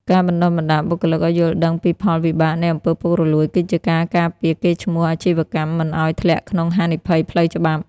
ការបណ្ដុះបណ្ដាលបុគ្គលិកឱ្យយល់ដឹងពីផលវិបាកនៃ អំពើពុករលួយ គឺជាការការពារកេរ្តិ៍ឈ្មោះអាជីវកម្មមិនឱ្យធ្លាក់ក្នុងហានិភ័យផ្លូវច្បាប់។